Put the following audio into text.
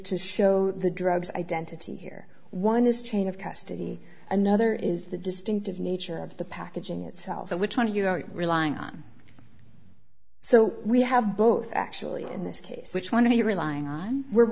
to show the drugs identity here one is chain of custody another is the distinctive nature of the package in itself which one of you are relying on so we have both actually in this case which one are you relying on were